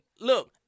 Look